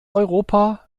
europa